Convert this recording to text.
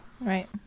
right